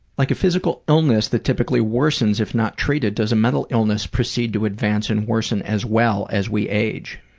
like a physical illness that typically worsens if not treated does a mental illness proceed to advance and worsen as well as we age?